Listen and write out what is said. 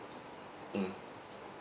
mm